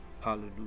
Hallelujah